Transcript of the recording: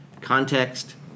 context